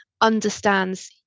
understands